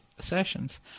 sessions